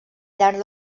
llarg